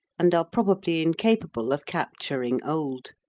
and are probably incapable of capturing old.